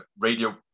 radio